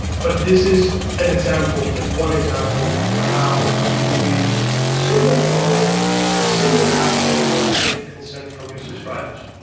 but this is an example, just one example on how you can use a simple flow with a simple question to get consent from your subscribers.